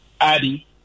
Addy